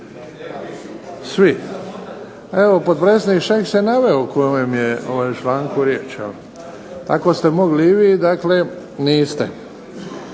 Svi. Evo potpredsjednik Šeks je naveo o kojem je članku riječ. Tako ste mogli i vi. Dakle niste.